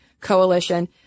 Coalition